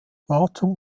wartung